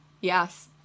Yes